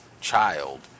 child